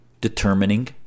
determining